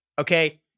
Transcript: okay